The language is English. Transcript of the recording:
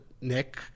nick